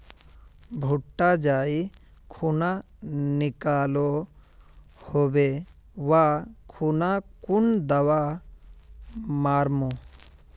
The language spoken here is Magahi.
भुट्टा जाई खुना निकलो होबे वा खुना कुन दावा मार्मु?